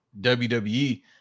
WWE